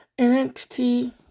NXT